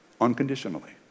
unconditionally